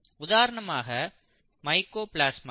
உதாரணமாக மைக்கோபிளாஸ்மாஸ்